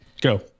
Go